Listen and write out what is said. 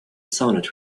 sounded